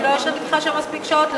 אני לא יושבת אתך שם מספיק שעות?